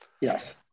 Yes